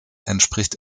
entspricht